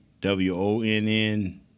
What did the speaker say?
W-O-N-N